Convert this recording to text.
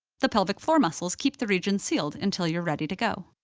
the pelvic floor muscles keep the region sealed until you're ready to go.